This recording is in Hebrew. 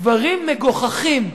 דברים מגוחכים.